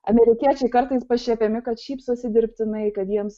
amerikiečiai kartais pašiepiami kad šypsosi dirbtinai kad jiems